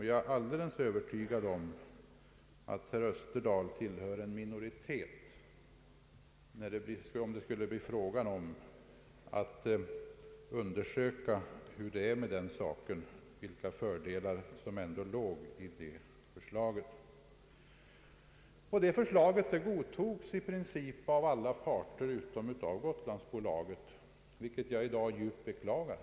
Jag är förvissad om att herr Österdahl tillhör en minoritet när han inte vill erkänna de fördelar som ändå låg i förslaget. Förslaget godtogs i princip av alla parter utom av Gotlandsbolaget, vilket jag i dag djupt be klagar.